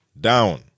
down